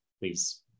please